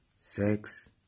Sex